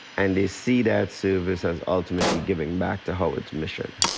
and they see that service as ultimately giving back to howard's mission.